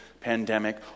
pandemic